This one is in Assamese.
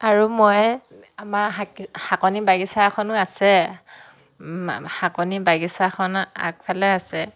আৰু মই আমাৰ শাকনি বাগিছা এখনো আছে শাকনি বাগিছাখনত আগফালে আছে